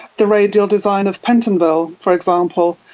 the radial design of pentonville for example.